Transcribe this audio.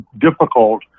difficult